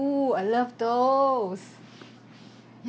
I love those